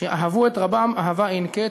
שאהבו את רבם אהבה אין-קץ,